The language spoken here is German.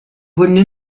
hunde